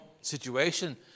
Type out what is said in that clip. situation